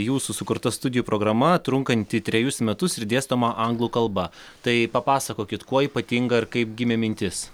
jūsų sukurta studijų programa trunkanti trejus metus ir dėstoma anglų kalba tai papasakokit kuo ypatinga ir kaip gimė mintis